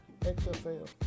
XFL